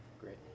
Great